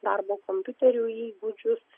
darbo kompiuteriu įgūdžius